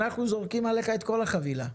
אנחנו זורקים עליך את כל החבילה,